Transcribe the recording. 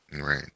Right